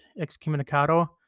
excommunicado